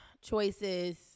choices